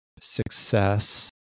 success